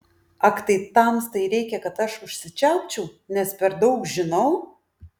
ak tai tamstai reikia kad aš užsičiaupčiau nes per daug žinau